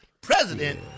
president